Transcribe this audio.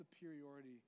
superiority